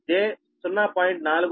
466 p